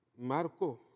Marco